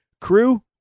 Crew